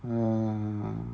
mm